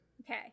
Okay